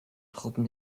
truppen